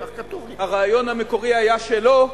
הרעיון המקורי היה שלו.